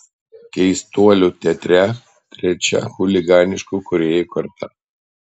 keistuolių teatre trečia chuliganiškų kūrėjų karta